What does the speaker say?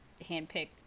handpicked